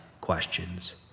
questions